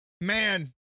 Man